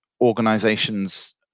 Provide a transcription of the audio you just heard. organizations